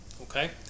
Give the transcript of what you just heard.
Okay